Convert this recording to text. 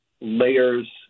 layers